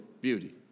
beauty